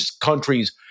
countries